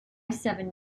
seven